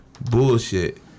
bullshit